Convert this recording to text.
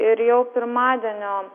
ir jau pirmadienio